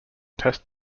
test